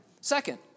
Second